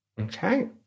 Okay